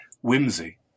whimsy